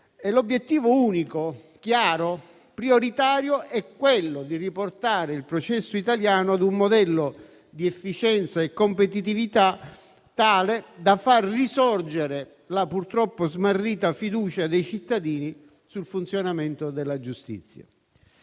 L'obiettivo unico, chiaro e prioritario è quello di riportare il processo italiano a un modello di efficienza e di competitività tale da far risorgere la purtroppo smarrita fiducia dei cittadini nel funzionamento della giustizia.